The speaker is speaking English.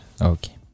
Okay